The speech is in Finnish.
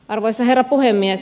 arvoisa herra puhemies